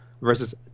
versus